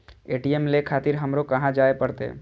ATM ले खातिर हमरो कहाँ जाए परतें?